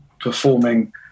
performing